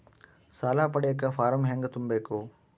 ಸಾಲ ಪಡಿಯಕ ಫಾರಂ ಹೆಂಗ ತುಂಬಬೇಕು?